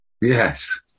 Yes